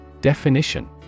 Definition